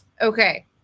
okay